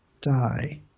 die